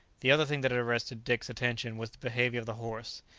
the other thing that had arrested dick's attention was the behaviour of the horse.